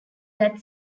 that